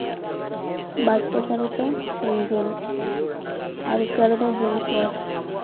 ᱵᱟᱥᱯᱚ ᱪᱟᱞᱤᱛ ᱤᱧᱡᱤᱱ ᱟᱵᱤᱥᱠᱟᱨ ᱞᱮᱫᱟᱭ ᱡᱮᱢᱚᱥ ᱳᱭᱟᱴ